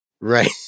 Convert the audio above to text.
Right